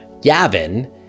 Yavin